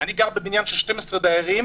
אני גר בבניין של 12 דיירים,